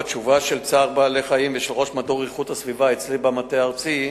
בתשובה של צער בעלי-חיים ושל ראש מדור איכות הסביבה אצלי במטה הארצי,